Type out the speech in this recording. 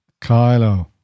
Kylo